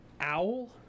owl